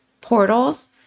portals